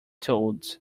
toads